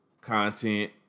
content